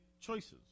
choices